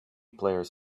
players